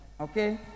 Okay